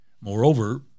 Moreover